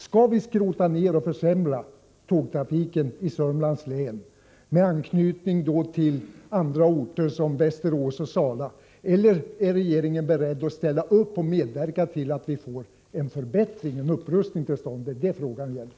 Skall vi skrota ner eller försämra tågtrafiken i Södermanlands län, med anknytning till andra orter som Västerås och Sala, eller är regeringen beredd att ställa upp och medverka till att vi får en förbättring och upprustning till stånd? Det är det frågan gäller.